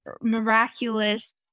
miraculous